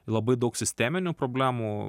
labai daug sisteminių problemų